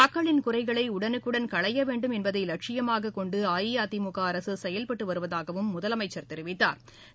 மக்களின் குறைகளை உடனுக்குடன் களைய வேண்டும் என்பதை லட்சியமாகக் கொண்டு அஇஅதிமுக அரசு செயல்பட்டு வருவதாகவும் முதலமைச்சா் தெரிவித்தாா்